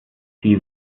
sie